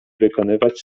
wykonywać